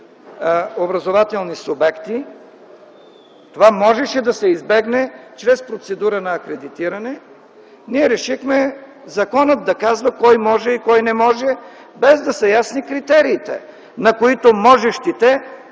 образователни субекти, това можеше да се избегне чрез процедура на акредитиране, ние решихме законът да казва кой може и кой не може, без да са ясни критериите, на които можещите